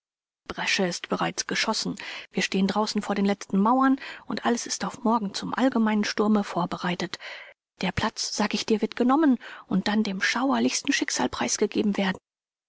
bresche ist bereits geschossen wir stehen draußen vor den letzten mauern und alles ist auf morgen zum allgemeinen sturme vorbereitet der platz sag ich dir wird genommen und dann dem schauerlichsten schicksal preisgegeben werden